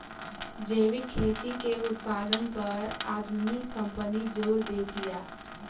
जैविक खेती के उत्पादन पर आधुनिक कंपनी जोर देतिया